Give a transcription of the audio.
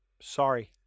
Sorry